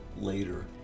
later